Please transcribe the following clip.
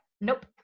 Nope